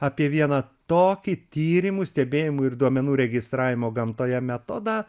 apie vieną tokį tyrimų stebėjimų ir duomenų registravimo gamtoje metodą